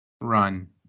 run